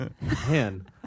Man